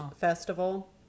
festival